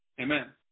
Amen